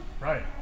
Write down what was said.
Right